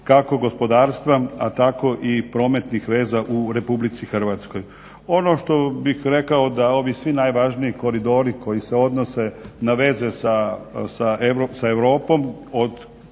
kako i gospodarstva tako i prometnih veza u RH. Ono što bih rekao da ovi svi najvažniji koridori koji se odnose na veze sa Europom